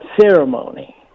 ceremony